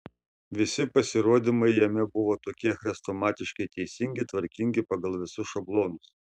visi pasirodymai jame buvo tokie chrestomatiškai teisingi tvarkingi pagal visus šablonus